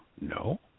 No